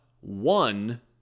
one